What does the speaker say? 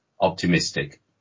optimistic